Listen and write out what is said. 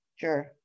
sure